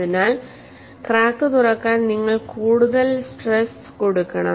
അതിനാൽ ക്രാക്ക് തുറക്കാൻ നിങ്ങൾ കൂടുതൽ സ്ട്രെസ് കൊടുക്കണം